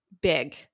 big